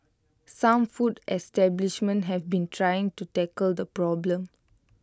some food establishments have been trying to tackle the problem